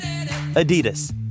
Adidas